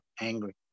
angry